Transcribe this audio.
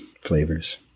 flavors